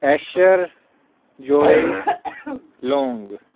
Eicher Joy ਲੋਂਗ